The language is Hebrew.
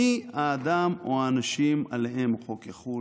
מי האדם או האנשים עליהם החוק יחול